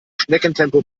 schneckentempo